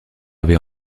avait